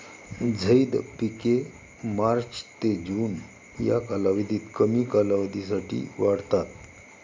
झैद पिके मार्च ते जून या कालावधीत कमी कालावधीसाठी वाढतात